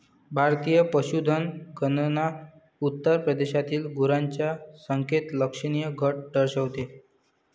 भारतीय पशुधन गणना उत्तर प्रदेशातील गुरांच्या संख्येत लक्षणीय घट दर्शवते